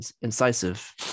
incisive